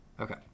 Okay